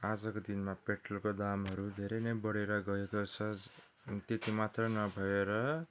आजको दिनमा पेट्रोलको दामहरू धेरै नै बढेर गएको छ त्यति मात्र नभएर